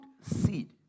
seed